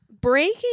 Breaking